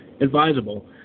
advisable